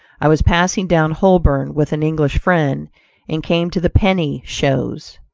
i was passing down holborn with an english friend and came to the penny shows.